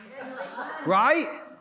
Right